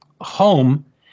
home